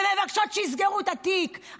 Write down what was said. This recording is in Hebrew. ומבקשות שיסגרו את התיק.